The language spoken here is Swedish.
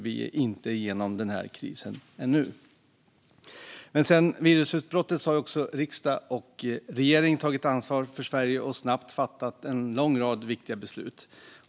Vi är inte igenom den här krisen ännu. Sedan virusutbrottet har riksdag och regering tagit ansvar för Sverige och snabbt fattat en lång rad viktiga beslut.